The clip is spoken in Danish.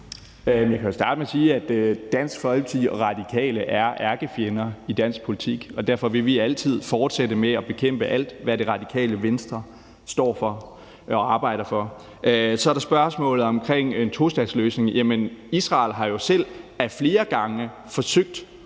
Jeg kan jo starte med at sige, at Dansk Folkeparti og Radikale er ærkefjender i dansk politik, og derfor vil vi altid fortsætte med at bekæmpe alt, hvad Radikale Venstre står for og arbejder for. Så er der spørgsmålet omkring en tostatsløsning: Jamen Israel har jo selv ad flere omgange forsøgt